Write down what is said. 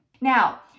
Now